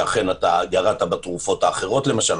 שאכן ירדת בתרופות האחרות למשל,